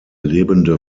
lebende